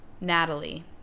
Natalie